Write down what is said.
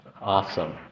Awesome